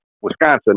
Wisconsin